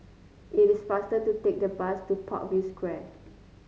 it is faster to take the bus to Parkview Square